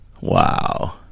wow